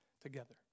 together